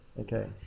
Okay